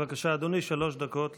בבקשה, אדוני, שלוש דקות לרשותך.